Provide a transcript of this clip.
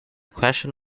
question